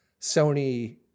Sony